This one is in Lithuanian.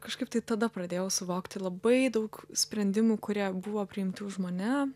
kažkaip tada pradėjau suvokti labai daug sprendimų kurie buvo priimti už mane